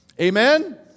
Amen